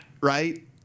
right